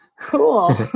cool